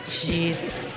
Jesus